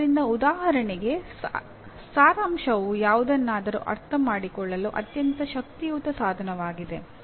ಆದ್ದರಿಂದ ಉದಾಹರಣೆಗೆ ಸಾರಾಂಶವು ಯಾವುದನ್ನಾದರೂ ಅರ್ಥಮಾಡಿಕೊಳ್ಳಲು ಅತ್ಯಂತ ಶಕ್ತಿಯುತ ಸಾಧನವಾಗಿದೆ